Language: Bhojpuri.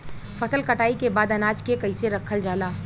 फसल कटाई के बाद अनाज के कईसे रखल जाला?